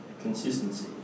consistency